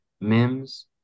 Mims